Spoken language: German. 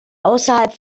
außerhalb